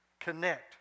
Connect